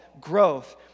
growth